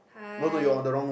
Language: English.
hi